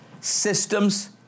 systems